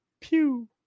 Pew